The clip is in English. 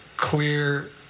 clear